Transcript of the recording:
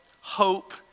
hope